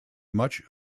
much